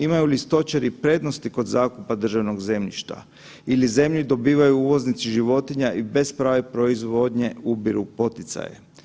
Imaju li stočari prednosti kod zakupa državnog zemljišta ili zemlju dobivaju uvoznici životinja i bez prave proizvodnje ubiru poticaje?